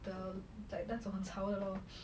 the like 那种很吵的: na zhong hen chao de lor